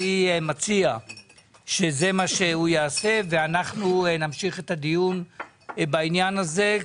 אני מציע שזה מה שהוא יעשה ואנחנו נמשיך את הדיון בעניין הזה.